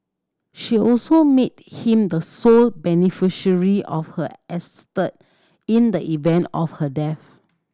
she also made him the sole beneficiary of her estate in the event of her death